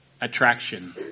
attraction